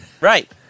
right